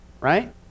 Right